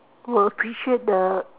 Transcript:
will appreciate the